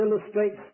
illustrates